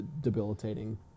debilitating